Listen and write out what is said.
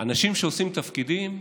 אנשים שעושים תפקידים,